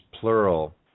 plural